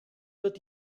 wird